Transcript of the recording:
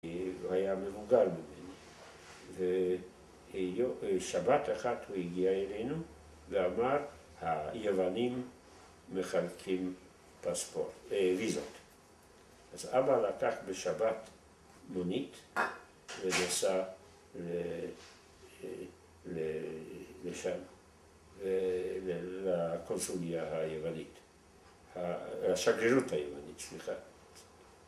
הוא היה מבוגר ממני, ושבת אחת הוא הגיע אלינו ואמר היוונים מחלקים פספורט, ויזות אז אבא לקח בשבת מונית ונסע לשם, לקונסוליה היוונית, השגרירות היווני. סליחה תודה